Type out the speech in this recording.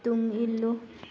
ꯇꯨꯡ ꯏꯜꯂꯨ